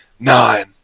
nine